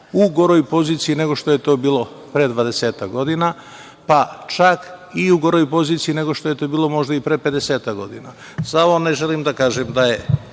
u goroj poziciji nego što je to bilo pre 20-ak godina, pa čak u goroj poziciji nego što je to bilo možda i pre 50-ak godina. Samo ne želim da kažem da je